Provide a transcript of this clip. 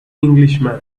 englishman